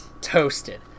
toasted